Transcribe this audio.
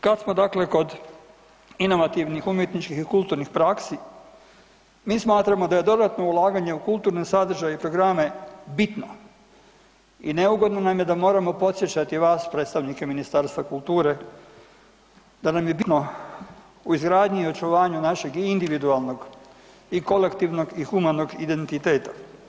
Kad smo dakle kod inovativnih umjetničkih i kulturnih praksi, mi smatramo da je dodatno ulaganje u kulturne sadržaje i programe bitno i neugodno nam je da moramo podsjećati vas, predstavnike Ministarstva kulture, da nam je bitno u izgradnji i očuvanju našeg individualnog i kolektivnog i humanog identiteta.